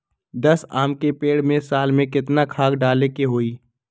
दस आम के पेड़ में साल में केतना खाद्य डाले के होई?